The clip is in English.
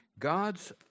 God's